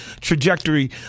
trajectory